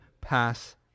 pass